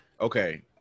Okay